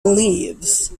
leaves